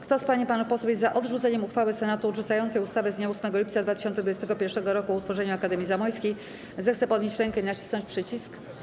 Kto z pań i panów posłów jest za odrzuceniem uchwały Senatu odrzucającej ustawę z dnia 8 lipca 2021 r. o utworzeniu Akademii Zamojskiej, zechce podnieść rękę i nacisnąć przycisk.